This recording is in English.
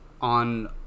on